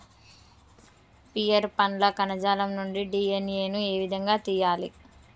Pear పండ్ల కణజాలం నుండి డి.ఎన్.ఎ ను ఏ విధంగా తియ్యాలి?